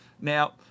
Now